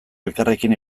elkarrekin